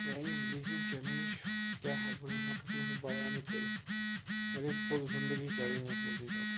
میٲنہِ زنٛدگی ۂنٛدۍ چیلینٛج کیاہ ہٮ۪کہٕ بہٕ یِم ہٮ۪کھکھ نہٕ بہٕ بَیانٕے کٔرِتھ مےٚ گے فُل زنٛدگی چلینجَس منٛزٕے پکان